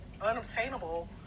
unobtainable